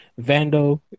Vando